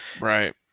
Right